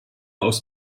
aus